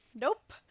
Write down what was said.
nope